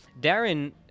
Darren